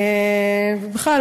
בכלל,